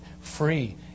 free